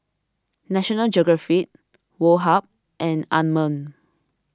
National Geographic Woh Hup and Anmum